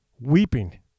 weeping